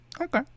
okay